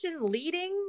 leading